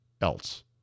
else